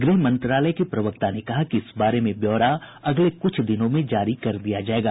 गृह मंत्रालय के प्रवक्ता ने कहा कि इस बारे में ब्यौरा अगले कुछ दिनों में जारी कर दिया जाएगा